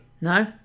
No